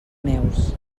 meus